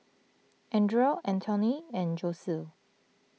andria Anthoney and Josue